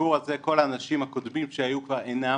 בסיפור הזה כל האנשים הקודמים שהיו כבר אינם.